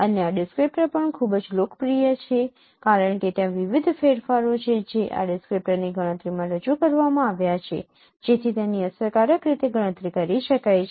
અને આ ડિસ્ક્રીપ્ટર પણ ખૂબ જ લોકપ્રિય છે કારણ કે ત્યાં વિવિધ ફેરફારો છે જે આ ડિસ્ક્રીપ્ટરની ગણતરીમાં રજૂ કરવામાં આવ્યા છે જેથી તેની અસરકારક રીતે ગણતરી કરી શકાય છે